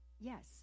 Yes